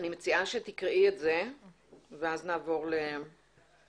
אני מציעה שתקראי את זה ואז נעבור להערות.